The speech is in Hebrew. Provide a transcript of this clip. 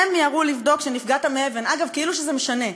הם מיהרו לבדוק שנפגעת מאבן, אגב, כאילו שזה משנה.